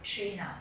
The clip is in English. train ah